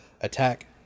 attack